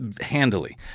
handily